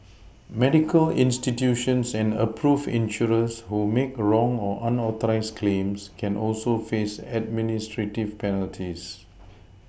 medical institutions and approved insurers who make wrong or unauthorised claims can also face administrative penalties